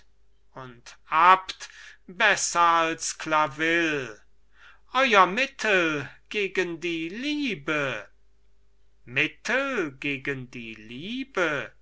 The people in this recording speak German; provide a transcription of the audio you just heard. und abbt besser als claville euer mittel gegen die liebe mittel gegen die liebe